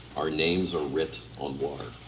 our names are writ on water.